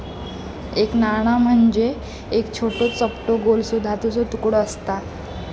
एक नाणा म्हणजे एक छोटो, चपटो गोलसो धातूचो तुकडो आसता